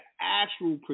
actual